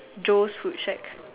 Joe's food shack